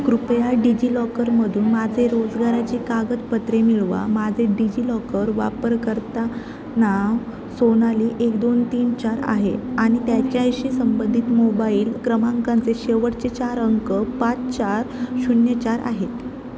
कृपया डिजिलॉकरमधून माझे रोजगाराची कागदपत्रे मिळवा माझे डिजिलॉकर वापरकर्ता नाव सोनाली एक दोन तीन चार आहे आणि त्याच्याऐशी संबंधित मोबाईल क्रमांकांचे शेवटचे चार अंक पाच चार शून्य चार आहेत